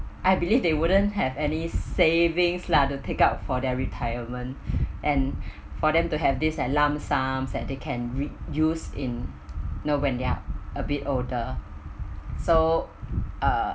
I believe they wouldn't have any savings lah to take out for their retirement and for them to have this like lump sum that they can read use in no when they're a bit older so uh